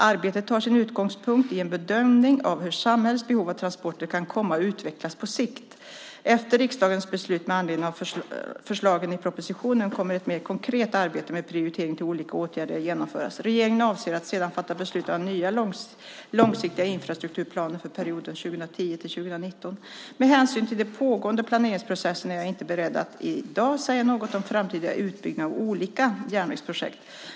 Arbetet tar sin utgångspunkt i en bedömning av hur samhällets behov av transporter kan komma att utvecklas på sikt. Efter riksdagens beslut med anledning av förslagen i propositionen kommer ett mer konkret arbete med prioritering av olika åtgärder att genomföras. Regeringen avser att sedan fatta beslut om nya långsiktiga infrastrukturplaner för perioden 2010-2019. Med hänsyn till de pågående planeringsprocesserna är jag inte beredd att i dag säga något om framtida utbyggnader av olika järnvägsprojekt.